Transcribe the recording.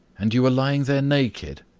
and you were lying there naked?